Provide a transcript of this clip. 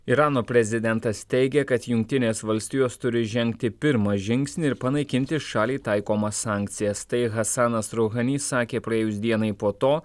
irano prezidentas teigė kad jungtinės valstijos turi žengti pirmą žingsnį ir panaikinti šaliai taikomas sankcijas tai hasanas ruhanis sakė praėjus dienai po to